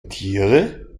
tiere